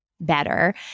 better